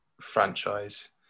Franchise